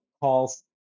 calls